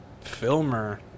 filmer